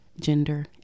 gender